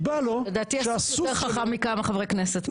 לדעתי הסוס יותר חכם מכמה חברי כנסת.